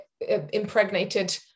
impregnated